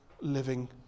living